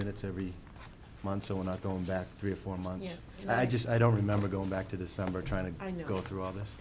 minutes every month so we're not going back three or four months i just i don't remember going back to december trying to go through all this